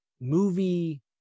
movie